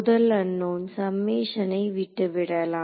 முதல் அன்னோன் சம்மேஷனை விட்டுவிடலாம்